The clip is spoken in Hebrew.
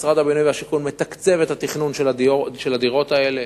משרד הבינוי והשיכון מתקצב את התכנון של הדירות האלה,